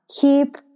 Keep